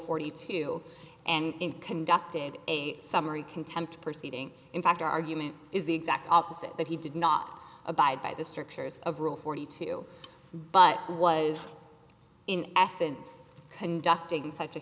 forty two and conducted a summary contempt proceeding in fact the argument is the exact opposite that he did not abide by the strictures of rule forty two but was in essence conducting such a